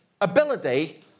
ability